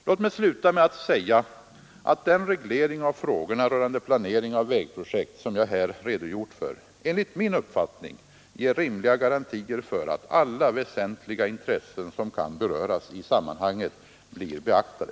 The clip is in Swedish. Låt mig sluta med att säga att den reglering av frågorna rörande planering av vägprojekt, som jag här redogjort för, enligt min mening ger rimliga garantier för att alla väsentliga intressen som kan beröras i sammanhanget blir beaktade.